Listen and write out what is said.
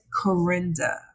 Corinda